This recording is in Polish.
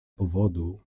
powodu